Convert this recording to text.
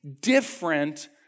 different